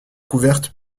couverte